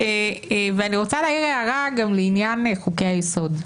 אני רוצה להעיר הערה לעניין חוקי היסוד.